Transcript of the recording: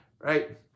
right